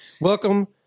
welcome